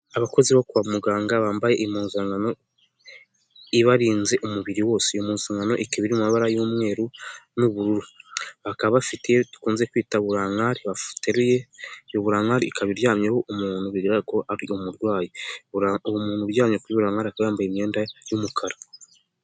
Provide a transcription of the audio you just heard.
Abakozi bo kwa muganga bambaye impuzankano ibarinze umubiri wose, iyo mpuzankano ikaba iri mu mabara y'umweru n'ubururu, bakaba bafite iyo dukunze kwita burankari bateruye, iyo burakari ikaba iryamyeho umuntu bigaragara ko ari umurwayi, uwo muntu uryamye kuri burankari akaba yambaye imyenda y'umukara.